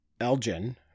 Elgin